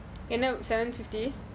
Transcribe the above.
you know seven fifty